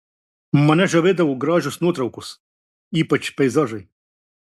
mane žavėdavo gražios nuotraukos ypač peizažai